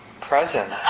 presence